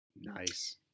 nice